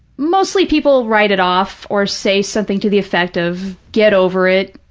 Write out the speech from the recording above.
mostly people write it off or say something to the effect of, get over it.